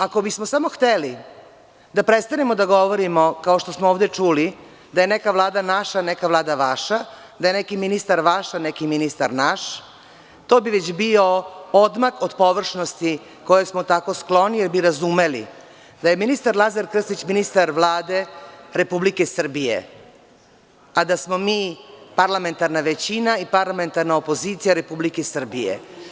Ako bismo samo hteli da prestanemo da govorimo, kao što smo ovde čuli, da je neka vlada naša, a neka vlada vaša, da je neki ministar vaš, a neki ministar naš, to bi već bio odmak od površnosti, kojoj smo tako skloni, jer bi razumeli da je ministar Lazar Krstić ministar Vlade Republike Srbije, a da smo mi parlamentarna većina i parlamentarna opozicija Republike Srbije.